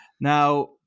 Now